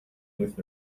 with